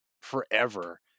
forever